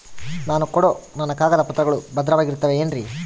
ನಾನು ಕೊಡೋ ನನ್ನ ಕಾಗದ ಪತ್ರಗಳು ಭದ್ರವಾಗಿರುತ್ತವೆ ಏನ್ರಿ?